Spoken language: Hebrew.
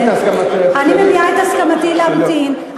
אני מביעה את הסכמתי להמתין.